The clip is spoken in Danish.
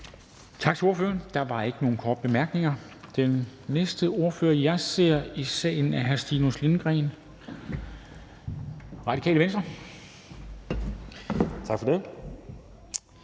Tak til ordføreren. Der er ikke nogen korte bemærkninger. Den næste ordfører, jeg ser i salen, er hr. Stinus Lindgreen, Radikale Venstre. Kl.